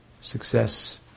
success